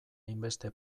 hainbeste